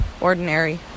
ordinary